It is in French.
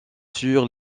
sur